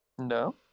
No